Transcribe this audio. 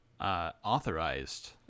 authorized